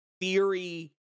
theory